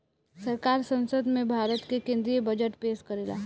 सरकार संसद में भारत के केद्रीय बजट पेस करेला